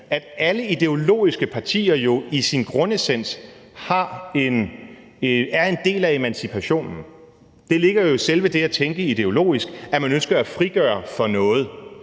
at alle ideologiske partier jo i sin grundessens er en del af emancipationen. Det ligger jo i selve det at tænke ideologisk, at man ønsker at frigøre for noget.